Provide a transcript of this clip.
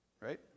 right